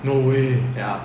no way